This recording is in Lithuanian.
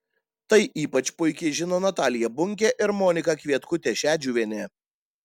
tai ypač puikiai žino natalija bunkė ir monika kvietkutė šedžiuvienė